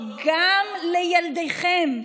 גם לילדיכם.